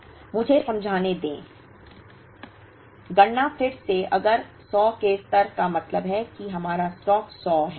मुझे समझाने दे गणना फिर से अगर 100 के स्तर का मतलब है कि हमारा स्टॉक 100 है